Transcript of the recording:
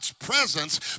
presence